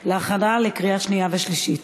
להכנה לקריאה שנייה ושלישית.